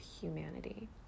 humanity